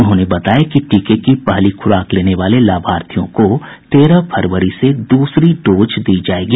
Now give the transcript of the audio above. उन्होंने बताया कि टीके की पहली खुराक लेने वाले लाभार्थियों को तेरह फरवरी से दूसरी डोज दी जायेगी